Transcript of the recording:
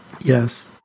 Yes